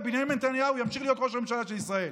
ובנימין נתניהו ימשיך להיות ראש הממשלה של ישראל.